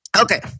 Okay